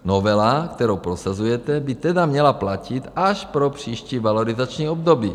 Novela, kterou prosazujete, by tedy měla platit až pro příští valorizační období.